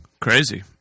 crazy